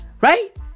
Right